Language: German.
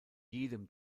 jedem